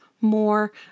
more